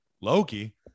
Loki